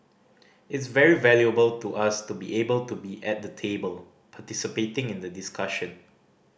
it's very valuable to us to be able to be at the table participating in the discussion